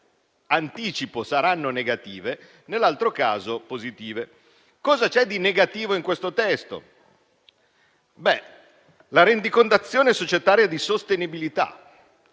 anticipo - saranno negative, nell'altro caso positive. Cosa c'è di negativo in questo testo? La rendicontazione societaria di sostenibilità.